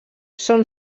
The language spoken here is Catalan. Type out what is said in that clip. són